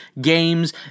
games